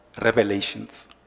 Revelations